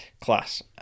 class